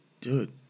Dude